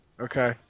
Okay